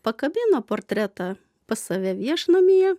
pakabino portretą pas save viešnamyje